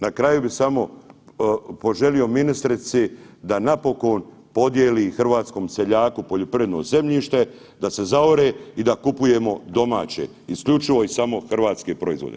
Na kraju bi samo poželio ministrici da napokon podijeli hrvatskom seljaku poljoprivredno zemljište da se zaore i da kupujemo domaće, isključivo i samo hrvatske proizvode.